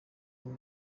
umwe